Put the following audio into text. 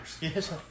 Yes